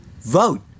Vote